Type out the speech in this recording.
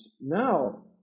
now